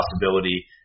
possibility